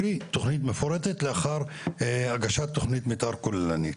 קרי, תכנית מפורטת לאחר הגשת תכנית מתאר כוללנית.